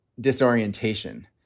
disorientation